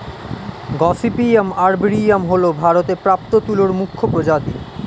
gossypium arboreum হল ভারতে প্রাপ্ত তুলোর মুখ্য প্রজাতি